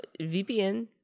VPN